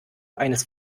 eines